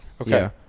Okay